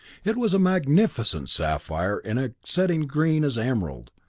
it was a magnificent sapphire in a setting green as emerald,